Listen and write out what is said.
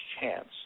chance